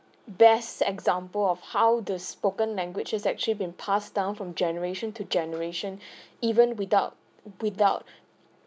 best example of how the spoken language has actually been passed down from generation to generation even without without